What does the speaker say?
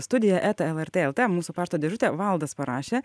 studija eta lrt lt mūsų pašto dėžutė valdas parašė